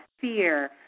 fear